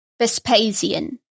Vespasian